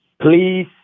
Please